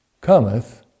cometh